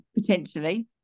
potentially